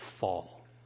fall